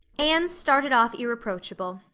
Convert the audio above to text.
anne started off irreproachable,